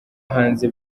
hanze